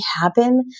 happen